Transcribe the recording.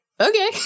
okay